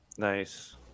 Nice